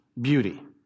beauty